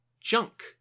junk